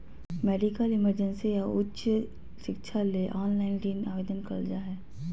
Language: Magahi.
मेडिकल इमरजेंसी या उच्च शिक्षा ले ऑनलाइन ऋण आवेदन करल जा हय